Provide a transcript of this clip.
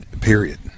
period